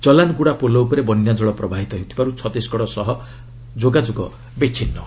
ଚଲାନଗୁଡ଼ା ପୋଲ ଉପରେ ବନ୍ୟାଜଳ ପ୍ରବାହିତ ହେଉଥିବାରୁ ଛତିଶଗଡ଼ ସହ ମଧ୍ୟ ଯୋଗାଯୋଗ ବିଚ୍ଛିନ୍ନ ହୋଇଛି